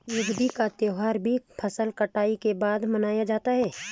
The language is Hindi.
युगादि का त्यौहार भी फसल कटाई के बाद मनाया जाता है